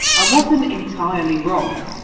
i wasn't entirely wrong,